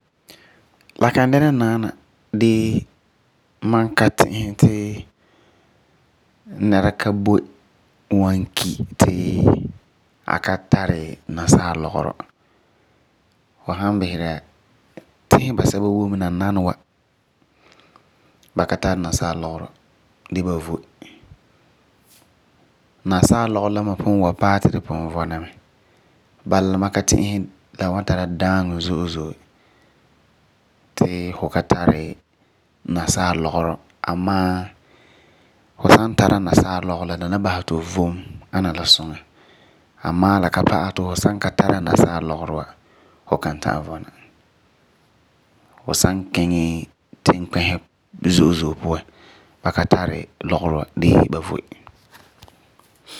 La kan dɛna naana dee mam ka ti'isɛ nɛra boi n wan ki ti a ka tari nasaa lɔgerɔ. Du san bisera ya, tisi basɛba boi mɛ nananawa ba tari nasaa lɔgerɔ gee ba boi. Bala ma ka ti'isɛ ti la wan tara daaŋɔ zo'e zo'e to fu ka tari nasaa lɔgerɔ amaa fu san tara nasaa lɔgerɔ la na basɛ ti fu vom ana la suŋa. Fu san iŋɛ tinkpisi zo'e zo'e puan ba ka tari lɔgerɔ wa dee ba voi.